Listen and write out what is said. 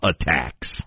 attacks